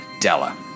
Della